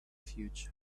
future